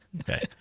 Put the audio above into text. Okay